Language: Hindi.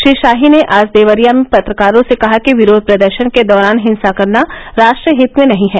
श्री शाही ने आज देवरिया में पत्रकारों से कहा कि विरोध प्रदर्शन के दौरान हिंसा करना राष्ट्र हित में नहीं है